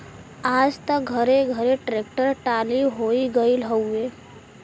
आज त घरे घरे ट्रेक्टर टाली होई गईल हउवे